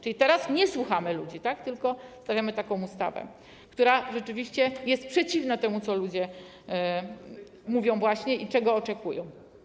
Czyli teraz nie słuchamy ludzi, tylko przedstawiamy taką ustawę, która rzeczywiście jest przeciwna temu, co ludzie mówią i czego oczekują.